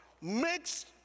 makes